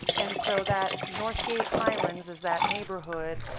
and so that northgate highlands is that neighborhood.